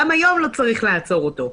גם היום לא צריך לעצור אותו.